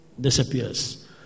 disappears